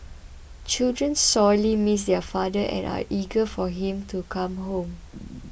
children sorely miss their father and are eager for him to come home